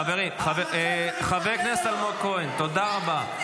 חבר הכנסת כהן, תודה רבה.